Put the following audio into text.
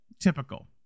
typical